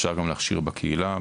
אפשר גם להכשיר בקהילה.